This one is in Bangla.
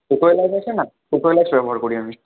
ছোটো এলাচ আছে না ছোটো এলাচ ব্যবহার করি আমি